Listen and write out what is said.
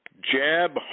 jab